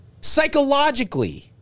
psychologically